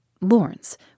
Lawrence